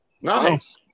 Nice